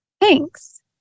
Thanks